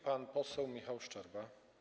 Pan poseł Michał Szczerba.